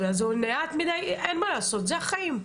זה מעט מדיי, אבל אין מה לעשות, אלה החיים.